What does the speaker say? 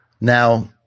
Now